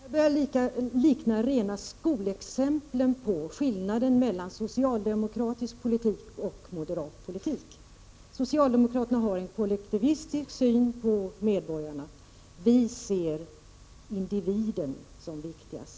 Herr talman! Det här börjar likna rena skolexemplet på skillnaden mellan socialdemokratisk och moderat politik. Socialdemokraterna har en kollektivistisk syn på medborgarna. Vi ser individen som viktigast.